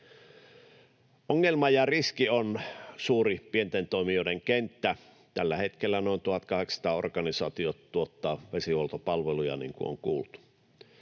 Ongelma ja riski on pienten toimijoiden suuri kenttä — tällä hetkellä noin 1 800 organisaatiota tuottaa vesihuoltopalveluja, niin kuin on kuultu.